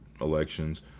elections